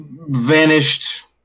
Vanished